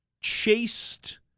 chased